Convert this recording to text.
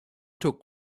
took